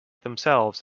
themselves